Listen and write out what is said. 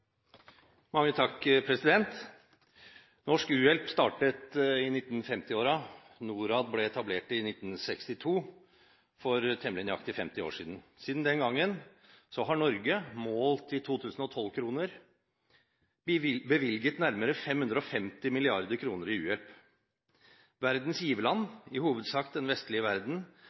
Norsk u-hjelp startet i 1950-årene. NORAD ble etablert i 1962, for temmelig nøyaktig 50 år siden. Siden den gangen har Norge bevilget nærmere 550 mrd. kr i u-hjelp, målt i 2012-kroner. Verdens giverland, i hovedsak den vestlige verden,